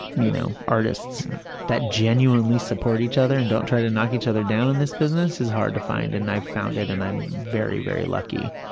you know, artists that genuinely support each other and don't try to knock each other down in this business is hard to find, and i've found it and i'm very, very lucky.